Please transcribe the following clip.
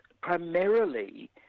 primarily